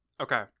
Okay